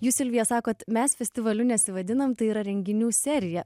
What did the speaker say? jūs silvija sakot mes festivaliu nesivadinam tai yra renginių serija